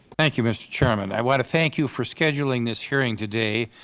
thank you, mr. chairman. i want to thank you for scheduling this hearing today.